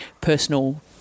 personal